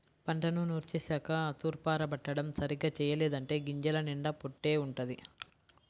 పంటను నూర్చేశాక తూర్పారబట్టడం సరిగ్గా చెయ్యలేదంటే గింజల నిండా పొట్టే వుంటది